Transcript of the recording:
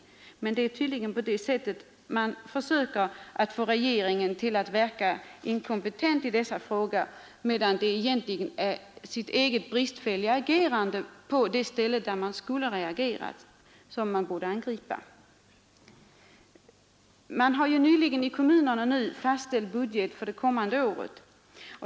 Men det är tydligen på det sättet man försöker få regeringen att verka inkompetent, medan det i stället är sitt eget partis bristfälliga agerande som man borde ha angripit. Kommunerna har nyligen fastställt budgeten för dei kommande året.